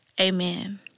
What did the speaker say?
amen